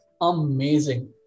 amazing